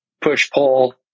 push-pull